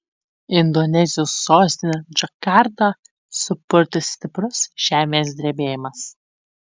indonezijos sostinę džakartą supurtė stiprus žemės drebėjimas